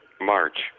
March